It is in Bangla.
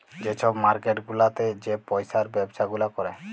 যে ছব মার্কেট গুলাতে যে পইসার ব্যবছা গুলা ক্যরে